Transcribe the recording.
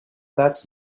that’s